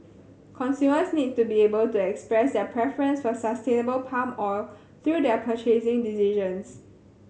consumers need to be able to express their preference for sustainable palm oil through their purchasing decisions